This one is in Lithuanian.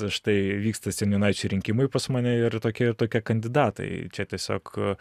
kad štai vyksta seniūnaičių rinkimai pas mane ir tokie ir tokie kandidatai čia tiesiog